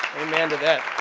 amen to that.